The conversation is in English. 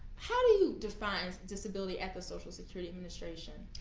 how do you define disability at the social security administration?